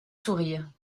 sourire